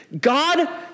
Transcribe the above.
God